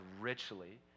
richly